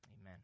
Amen